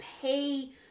pay